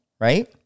right